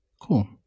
Cool